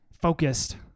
focused